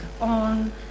on